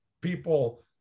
people